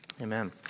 Amen